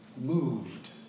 moved